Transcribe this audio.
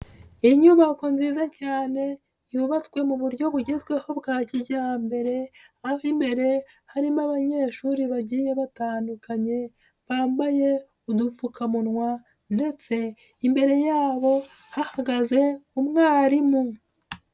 Inyubako nziza cyane yubatswe mu buryo bugezweho bwa kijyambere, aho imbere harimo abanyeshuri bagiye batandukanye bambaye udupfukamunwa ndetse imbere yabo hahagaze umwarimu.